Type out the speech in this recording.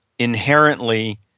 inherently